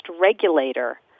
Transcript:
regulator